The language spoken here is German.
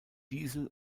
diesel